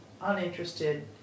uninterested